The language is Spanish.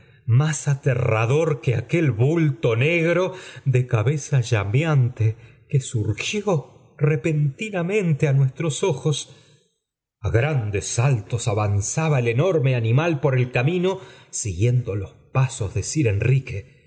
más aterrador que aquel bulto negro de cabeza llameante que surgió repentinamente á nuestros ojos a grandes saltos avanzaba el enorme animal por el camino siguiendo los pasos de isir enrique